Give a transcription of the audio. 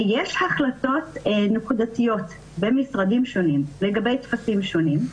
יש החלטות נקודתיות במשרדים שונים לגבי טפסים שונים.